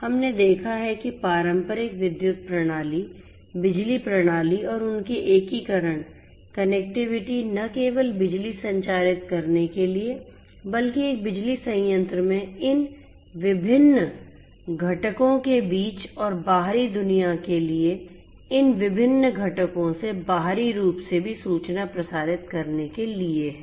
हमने देखा है कि पारंपरिक विद्युत प्रणाली बिजली प्रणाली और उनकी एकीकरण कनेक्टिविटी न केवल बिजली संचारित करने के लिए बल्कि एक बिजली संयंत्र में इन विभिन्न घटकों के बीच और बाहरी दुनिया के लिए इन विभिन्न घटकों से बाहरी रूप से भी सूचना प्रसारित करने के लिए है